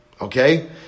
Okay